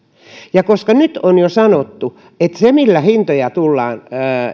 ja koska nyt on jo sanottu että se millä hintoja tullaan